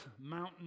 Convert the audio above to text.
mountain